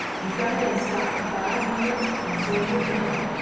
and some of them stopt to buy a mirror and some did not,